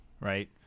right